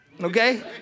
okay